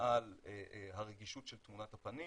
על הרגישות של תמונת הפנים